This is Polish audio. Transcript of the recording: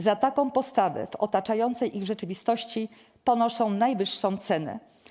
Za taką postawę w otaczającej ich rzeczywistości ponoszą najwyższą cenę.